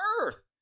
earth